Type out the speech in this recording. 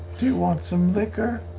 do you want some liquor?